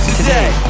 today